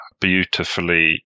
beautifully